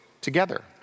together